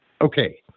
Okay